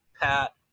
Pat